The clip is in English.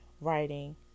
writing